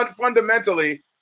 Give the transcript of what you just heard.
fundamentally